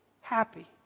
happy